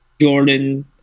Jordan